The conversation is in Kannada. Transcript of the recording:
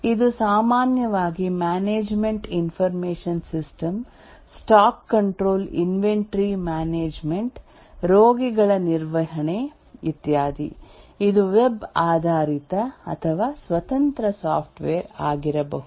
ಇದು ಸಾಮಾನ್ಯವಾಗಿ management information system stock control inventory management ರೋಗಿಗಳ ನಿರ್ವಹಣೆ ಇತ್ಯಾದಿ ಇದು ವೆಬ್ ಆಧಾರಿತ ಅಥವಾ ಸ್ವತಂತ್ರ ಸಾಫ್ಟ್ವೇರ್ ಆಗಿರಬಹುದು